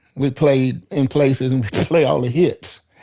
we played in places and played all the hits,